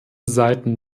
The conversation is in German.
seiten